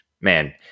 man